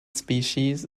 species